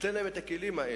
ניתן להם את הכלים האלה.